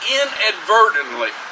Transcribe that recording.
inadvertently